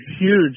huge